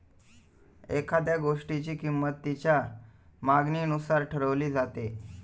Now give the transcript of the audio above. एखाद्या गोष्टीची किंमत तिच्या मागणीनुसार ठरवली जाते